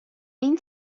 این